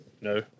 No